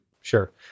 Sure